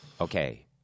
okay